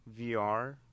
VR